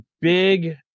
big